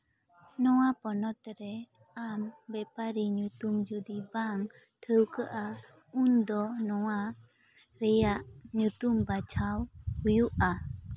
ᱱᱚᱣᱟ ᱯᱚᱱᱚᱛ ᱨᱮ ᱟᱢ ᱵᱮᱯᱟᱨᱤ ᱧᱩᱛᱩᱢ ᱡᱩᱫᱤ ᱵᱟᱝ ᱴᱷᱟᱹᱣᱠᱟᱹᱜᱼᱟ ᱩᱱᱫᱚ ᱱᱚᱣᱟ ᱨᱮᱭᱟᱜ ᱧᱩᱛᱩᱢ ᱵᱟᱪᱷᱟᱣ ᱦᱩᱭᱩᱜᱼᱟ